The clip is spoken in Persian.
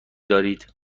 دارید